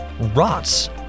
rots